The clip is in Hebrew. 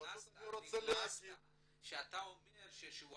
נכנסת כשאמרת שהשרה